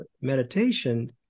meditation